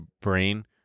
brain